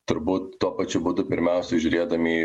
turbūt tuo pačiu būdu pirmiausia žiūrėdami į